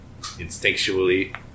instinctually